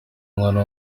umwana